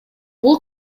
бул